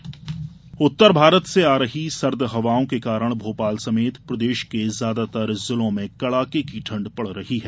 मौसम उत्तर भारत से आ रही सर्द हवाओं के कारण भोपाल समेत प्रदेश के ज्यादातर जिलों में कड़ाके की ठण्ड पड़ रही है